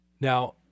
Now